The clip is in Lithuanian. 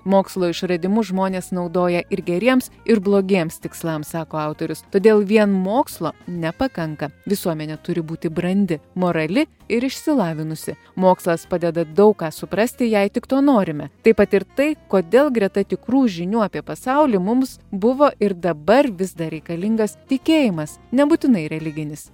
mokslo išradimus žmonės naudoja ir geriems ir blogiems tikslams sako autorius todėl vien mokslo nepakanka visuomenė turi būti brandi morali ir išsilavinusi mokslas padeda daug ką suprasti jei tik to norime taip pat ir tai kodėl greta tikrų žinių apie pasaulį mums buvo ir dabar vis dar reikalingas tikėjimas nebūtinai religinis